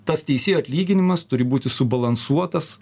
tas teisėjo atlyginimas turi būti subalansuotas